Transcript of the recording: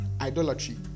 idolatry